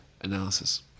analysis